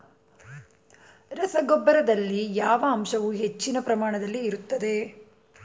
ರಸಗೊಬ್ಬರದಲ್ಲಿ ಯಾವ ಅಂಶವು ಹೆಚ್ಚಿನ ಪ್ರಮಾಣದಲ್ಲಿ ಇರುತ್ತದೆ?